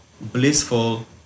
blissful